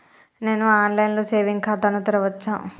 నేను online లో saving ఖాతా ను తెరవచ్చా?